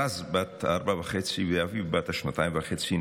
רז בת ארבע וחצי ואביב בת השנתיים וחצי,